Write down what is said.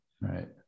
Right